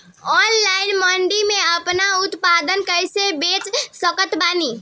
Online मंडी मे आपन उत्पादन कैसे बेच सकत बानी?